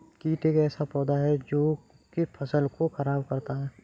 कीट एक ऐसा पौधा है जो की फसल को खराब करता है